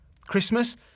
Christmas